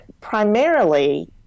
Primarily